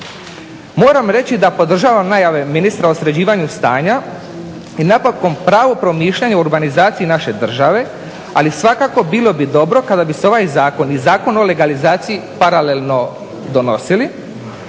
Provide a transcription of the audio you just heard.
Moram reći da podržavam najave ministra o sređivanju stanja i napokon pravo promišljanje o urbanizaciji naše države, ali svakako bilo bi dobro kada bi se ovaj zakon i Zakon o legalizaciji paralelno donosili.